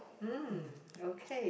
mm okay